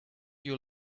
you